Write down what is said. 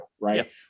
right